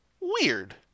weird